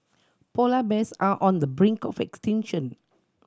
polar bears are on the brink of extinction